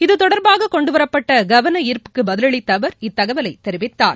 இது தொடர்பாக கொண்டுவரப்பட்ட கவன ஈப்புக்கு பதிலளித்த அவர் இத்தகவலை தெரிவித்தார்